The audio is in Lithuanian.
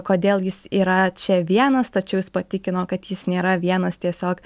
kodėl jis yra čia vienas tačiau jis patikino kad jis nėra vienas tiesiog